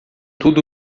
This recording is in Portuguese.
tudo